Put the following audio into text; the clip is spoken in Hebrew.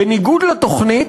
בניגוד לתוכנית,